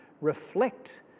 reflect